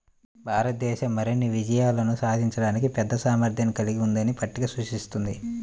భారతదేశం మరిన్ని విజయాలు సాధించడానికి పెద్ద సామర్థ్యాన్ని కలిగి ఉందని పట్టిక సూచిస్తుంది